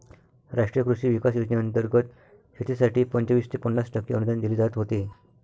राष्ट्रीय कृषी विकास योजनेंतर्गत शेतीसाठी पंचवीस ते पन्नास टक्के अनुदान दिले जात होते